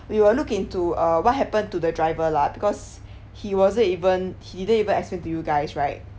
we will look into uh what happened to the driver lah because he wasn't even he didn't even explained to you guys right